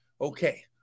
okay